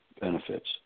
benefits